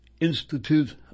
Institute